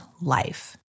life